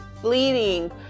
fleeting